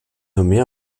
nommée